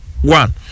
One